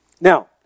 Now